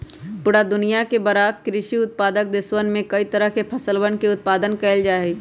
पूरा दुनिया के बड़ा कृषि उत्पादक देशवन में कई तरह के फसलवन के उत्पादन कइल जाहई